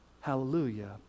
hallelujah